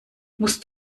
musst